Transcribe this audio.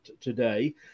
today